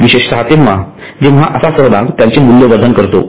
विशेषतः तेंव्हा जेंव्हा असा सहभाग त्यांचे मूल्यवर्धन करतो